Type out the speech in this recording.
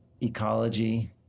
ecology